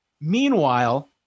Meanwhile